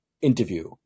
interview